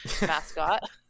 mascot